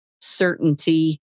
certainty